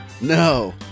No